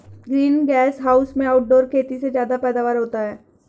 green gas house में outdoor खेती से ज्यादा पैदावार होता है